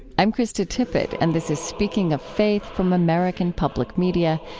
i'm krista tippett, and this is speaking of faith from american public media.